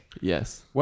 Yes